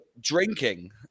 drinking